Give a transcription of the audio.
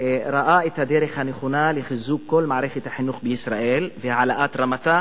ראה את הדרך הנכונה לחיזוק כל מערכת החינוך בישראל והעלאת רמתה